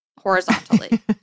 horizontally